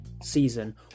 season